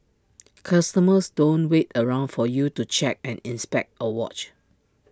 customers don't wait around for you to check and inspect A watch